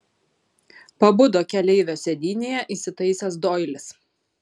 pabudo keleivio sėdynėje įsitaisęs doilis